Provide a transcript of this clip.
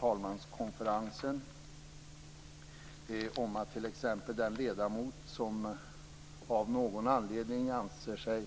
Talmanskonferensen har föreslagit att en ledamot som av någon anledning anser sig